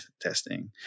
testing